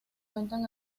cuentan